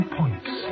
points